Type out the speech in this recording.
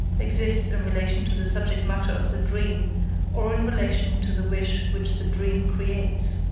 exists in relation to the subject-matter of the dream or in relation to the wish which the dream creates.